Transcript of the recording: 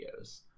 videos